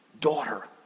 Daughter